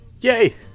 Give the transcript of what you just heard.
Yay